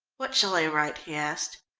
what shall i write? he asked.